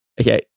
okay